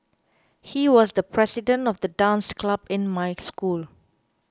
he was the president of the dance club in my school